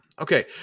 Okay